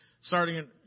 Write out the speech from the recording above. starting